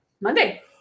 Monday